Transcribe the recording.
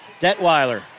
Detweiler